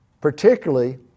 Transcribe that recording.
Particularly